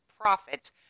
profits